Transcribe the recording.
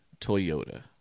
Toyota